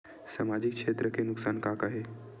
सामाजिक क्षेत्र के नुकसान का का हे?